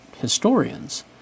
historians